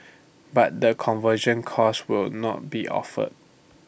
but the conversion course will not be offered